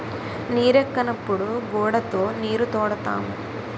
నీరెక్కనప్పుడు గూడతో నీరుతోడుతాము